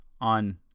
On